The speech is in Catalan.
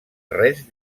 res